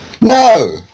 No